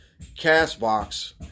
Castbox